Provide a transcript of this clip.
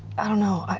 i don't know.